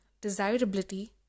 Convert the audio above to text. desirability